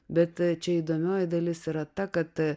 bet čia įdomioji dalis yra ta kad